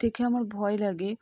দেখে আমার ভয় লাগে